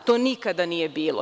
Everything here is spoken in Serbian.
To nikada nije bilo.